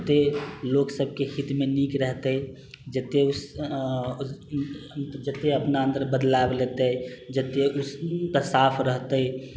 ओते लोग सबकेँ हितमे निक रहतै जते जते अपना अन्दर बदलाव लेतै जते साफ रहतै